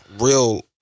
real